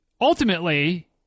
ultimately